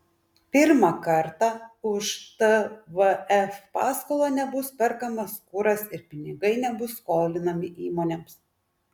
pirmą kartą už tvf paskolą nebus perkamas kuras ir pinigai nebus skolinami įmonėms